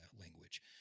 language